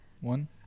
one